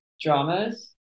dramas